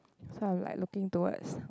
sort of like looking towards